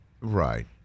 Right